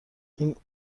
این